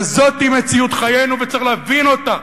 וזאת היא מציאות חיינו, וצריך להבין אותה.